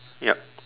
yup